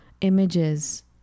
images